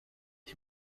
ich